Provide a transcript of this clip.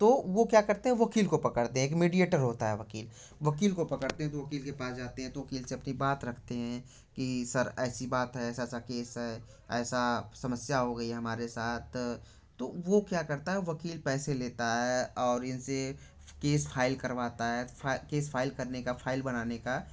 तो वो क्या करते है वकील को पकड़ते हैं एक मेडीएटर होता है वकील वकील को पकड़ते हैं तो वकील के पास जाते हैं तो तो वकील से अपनी बात रखते हैं कि सर ऐसी बात है ऐसा ऐसा केस है ऐसा समस्या हो गई है हमारे साथ तो वो क्या करता हैं वकील पैसे लेता है और इनसे केस फाइल करवाता है तो केस फाइल करने का फाइल बनाने का